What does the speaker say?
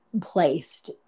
placed